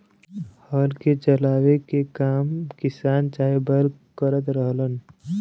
हल के चलावे के काम किसान चाहे बैल करत रहलन